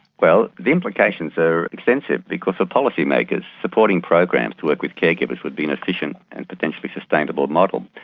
well the implications are extensive because the policy makers supporting programs to work with care givers would be an efficient and potentially sustainable model.